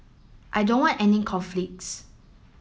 I don't want any conflicts